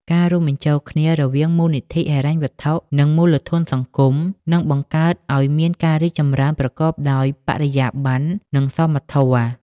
ការរួមបញ្ចូលគ្នារវាងមូលធនហិរញ្ញវត្ថុ និងមូលធនសង្គម នឹងបង្កើតឱ្យមានការរីកចម្រើនប្រកបដោយបរិយាប័ន្ន និងសមធម៌។